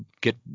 get